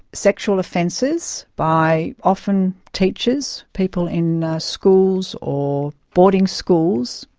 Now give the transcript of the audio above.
sexual offences by often teachers, people in schools or boarding schools,